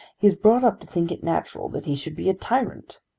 he is brought up to think it natural that he should be a tyrant.